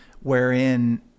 wherein